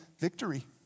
victory